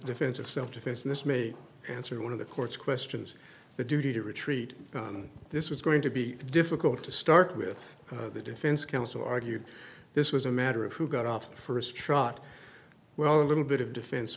defense of self defense and this may answer one of the court's questions the duty to retreat on this is going to be difficult to start with the defense counsel argued this was a matter of who got off the first shot well a little bit of defen